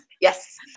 Yes